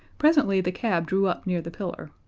presently the cab drew up near the pillar,